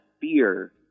fear